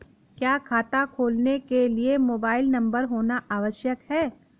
क्या खाता खोलने के लिए मोबाइल नंबर होना आवश्यक है?